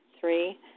Three